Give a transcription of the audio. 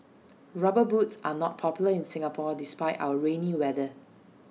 rubber boots are not popular in Singapore despite our rainy weather